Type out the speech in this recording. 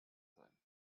sein